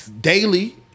daily